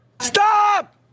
Stop